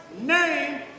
name